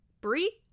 Brie